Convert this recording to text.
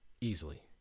Easily